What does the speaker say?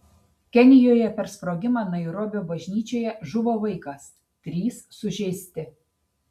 kenijoje per sprogimą nairobio bažnyčioje žuvo vaikas trys sužeisti